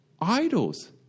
idols